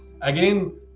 again